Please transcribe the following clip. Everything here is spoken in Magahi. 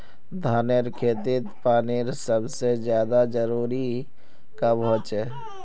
धानेर खेतीत पानीर सबसे ज्यादा जरुरी कब होचे?